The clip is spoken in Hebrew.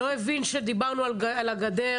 לא הבין שדיברנו על הגדר,